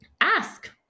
ask